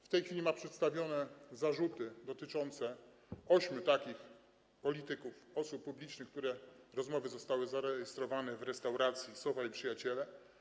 W tej chwili ma przedstawione zarzuty dotyczące ośmiu takich polityków, osób publicznych, których rozmowy zostały zarejestrowane w restauracji Sowa i Przyjaciele.